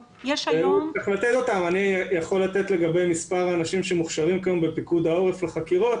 אני יכול לתת לגבי מספר האנשים שמוכשרים כיום בפיקוד העורף לחקירות,